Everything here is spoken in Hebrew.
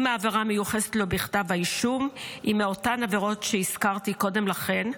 אם העבירה המיוחסת לו בכתב האישום היא מאותן עבירות שהזכרתי קודם לכן.